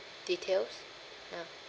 details ah